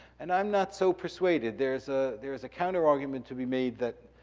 and i'm not so persuaded. there's ah there's a counter argument to be made that.